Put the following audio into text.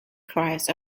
christ